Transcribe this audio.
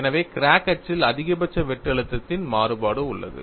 எனவே கிராக் அச்சில் அதிகபட்ச வெட்டு அழுத்தத்தின் மாறுபாடு உள்ளது